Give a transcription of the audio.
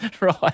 Right